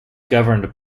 governed